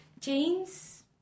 Jeans